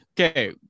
Okay